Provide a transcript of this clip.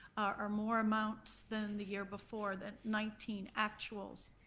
or more amounts than the year before, the nineteen actuals.